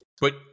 but-